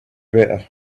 better